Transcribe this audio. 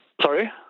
Sorry